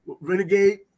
Renegade